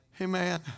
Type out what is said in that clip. Amen